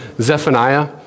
Zephaniah